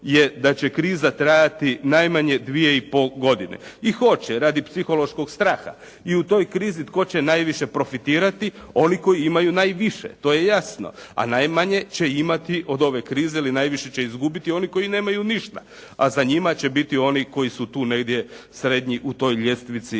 je da će kriza trajati najmanje dvije i pol godine. i hoće radi psihološkog straha i u toj krizi tko će najviše profitirati, oni koji imaju najviše. To je jasno, a najmanje će imati od ove krize ili najviše će izgubiti oni koji nemaju ništa, a za njima će biti oni koji su tu negdje srednji u toj ljestvici